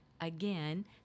Again